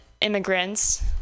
immigrants